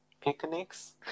picnics